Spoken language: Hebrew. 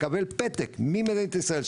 לקבל פתק ממדינת ישראל,